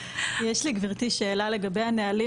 גברתי שאלה לגבי הנהלים,